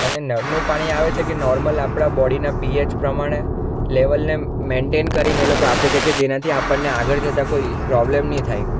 અને નળનું પાણી આવે છે કે નોર્મલ આપણાં બોડીનાં પીએચ પ્રમાણે લેવલને મેન્ટેન કરીને એ લોકો આપે છે કે જેનાથી આપણને આગળ જતાં કોઈ પ્રોબ્લેમ નહીં થાય